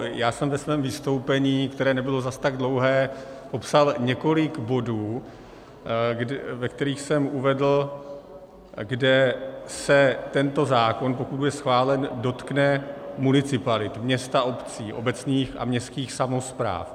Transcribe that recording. Já jsem ve svém vystoupení, které nebylo zas tak dlouhé, popsal několik bodů, ve kterých jsem uvedl, kde se tento zákon, pokud bude schválen, dotkne municipalit, měst a obcí, obecních a městských samospráv.